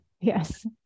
Yes